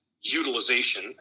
utilization